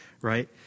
right